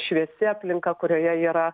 šviesi aplinka kurioje yra